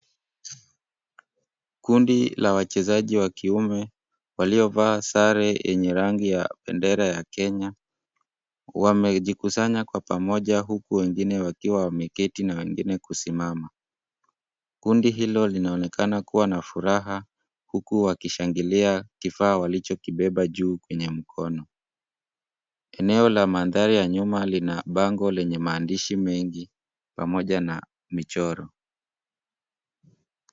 Kundi la wachezaji wa kiume waliovaa sare yenye rangi ya bendera ya Kenya wamejikusanya kwa pamoja huku wengine wakiwa wameketi na wengine kusimama, kundi hilo linaonekana kuwa na furaha huku wakishangila kifaa walichokibeba juu kwenye mkono. Eneo la mandhari ya nyuma lina bango lenye maandishi mengi pamoja na michoro.